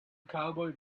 cowboy